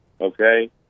Okay